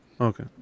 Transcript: Okay